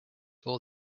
all